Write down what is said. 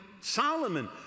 Solomon